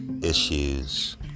issues